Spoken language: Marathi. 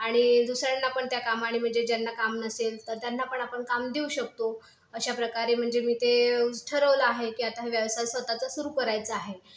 आणि दुसऱ्यांना पण त्या कामाने म्हणजे ज्यांना काम नसेल तर त्यांना पण आपण काम देऊ शकतो अशाप्रकारे म्हणजे मी ते ठरवलं आहे की आता व्यवसाय स्वतःचं सुरु करायचं आहे